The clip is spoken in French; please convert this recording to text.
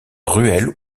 ruelle